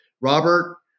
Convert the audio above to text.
Robert